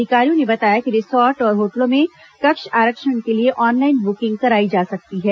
अधिकारियों ने बताया कि रिसॉर्ट और होटलों में कक्ष आरक्षण के लिए ऑनलाइन बुकिंग कराई जा सकती है